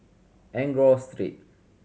Enggor Street